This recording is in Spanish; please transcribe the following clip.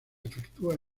efectúa